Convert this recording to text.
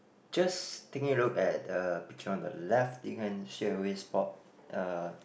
just taking a look at the picture on the left you can straightaway spot uh